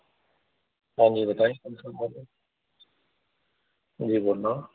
ہاں جی بتائیے جی بول رہا ہوں